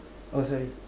oh sorry